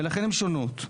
ולכן, הן שונות.